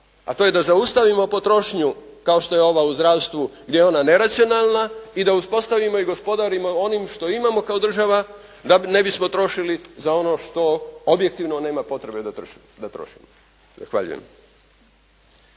a to je da zaustavimo potrošnju kao što je ova u zdravstvu gdje je ona neracionalna i da uspostavimo i gospodarimo s onim što imamo kao država da ne bismo trošili za ono što objektivno nema potrebe da trošimo. Zahvaljujem.